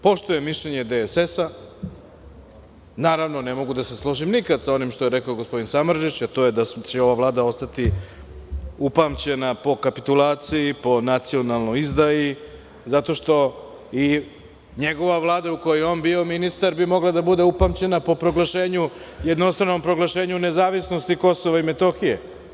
Poštujem mišljenje DSS, naravno ne mogu da se složim nikad sa onim što je rekao gospodin Samardžić, a to je da će ova Vlada ostati upamćena po kapitulaciji, po nacionalnoj izdaji, zato što i njegova Vlada u kojoj je on bio ministar bi mogla da bude upamćena po proglašenju, jednostranom proglašenju nezavisnosti Kosova i Metohije.